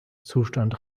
zustand